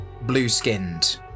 blue-skinned